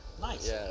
Nice